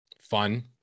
Fun